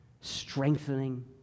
strengthening